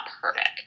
perfect